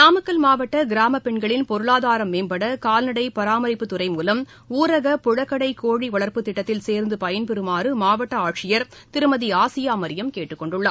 நாமக்கல் மாவட்ட கிராமப் பெண்களின் பொருளாதாரம் மேம்பட கால்நடை பராமரிப்புத் துறை மூலம் ஊரக பழக்கடை கோழி வளர்ப்பு திட்டத்தில் சேர்ந்து பயன்பெறுமாறு மாவட்ட ஆட்சியர் திருமதி ஆசியா மரியம் கேட்டுக்கொண்டுள்ளார்